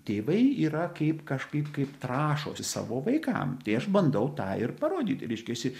tėvai yra kaip kažkaip kaip trąšos savo vaikam tai aš bandau tą ir parodyti reiškiasi